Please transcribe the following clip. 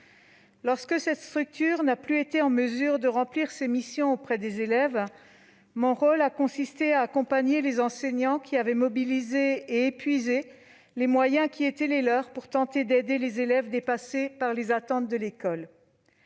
Lorsque cette structure n'a plus été en mesure de remplir ses missions auprès des élèves, mon rôle a consisté à accompagner les enseignants qui avaient mobilisé et épuisé les moyens mis à leur disposition pour tenter d'aider les élèves dépassés par les attentes de l'école.